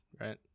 Right